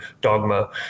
dogma